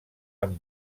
amb